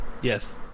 Yes